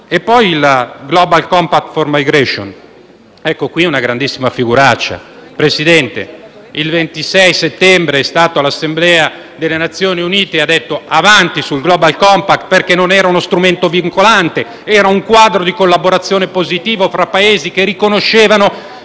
il Global compact for migration abbiamo fatto una grandissima figuraccia, Presidente. Il 26 settembre l'Assemblea delle Nazioni Unite ha detto di andare avanti sul Global compact perché non era uno strumento vincolante, ma un quadro di collaborazione positivo tra Paesi che riconoscevano